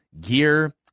gear